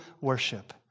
worship